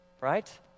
right